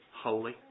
holy